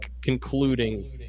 concluding